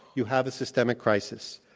you have a systemic crisis.